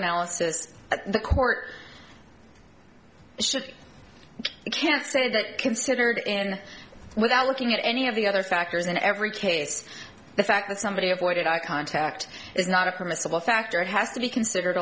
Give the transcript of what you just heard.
analysis is the court should can't say that considered and without looking at any of the other factors in every case the fact that somebody avoided eye contact is not a permissible factor has to be considered